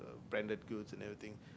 branded goods and anything